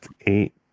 eight